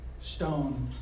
stone